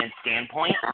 standpoint